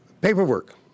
paperwork